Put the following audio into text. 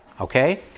okay